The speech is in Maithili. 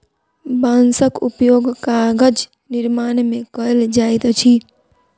बांसक उपयोग कागज निर्माण में कयल जाइत अछि